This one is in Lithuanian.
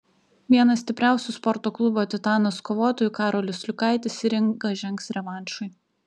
vienas stipriausių sporto klubo titanas kovotojų karolis liukaitis į ringą žengs revanšui